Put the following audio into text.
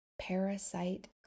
parasite